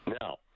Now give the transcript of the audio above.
Now